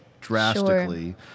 drastically